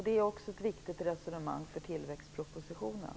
Det är också ett viktigt resonemang för tillväxtpropositionen.